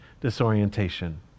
disorientation